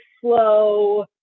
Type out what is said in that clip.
slow